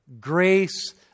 grace